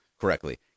correctly